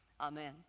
Amen